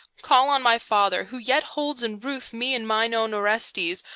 call on my father, who yet holds in ruth me and mine own orestes,